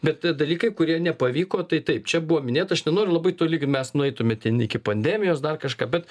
bet dalykai kurie nepavyko tai taip čia buvo minėta aš nenoriu labai toli ka mes nueitume ten iki pandemijos dar kažką bet